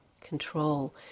control